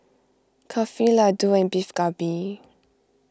Kulfi Ladoo and Beef Galbi